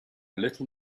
little